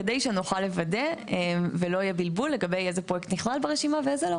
כדי שנוכל לוודא ולא יהיה בלבול לגבי איזה פרויקט נכלל ברשימה ואיזה לא.